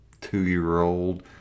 two-year-old